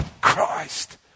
Christ